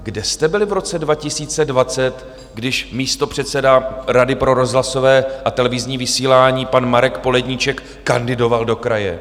Kde jste byli v roce 2020, když místopředseda Rady pro rozhlasové a televizní vysílání pan Marek Poledníček kandidoval do kraje?